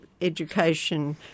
education